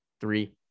Three